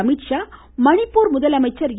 அமித்ஷா மணிப்பூர் முதலமைச்சர் என்